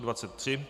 23.